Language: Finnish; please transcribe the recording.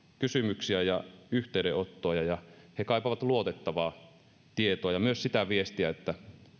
kysymyksiä ja yhteydenottoja ja he kaipaavat luotettavaa tietoa ja myös sitä viestiä että